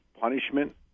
punishment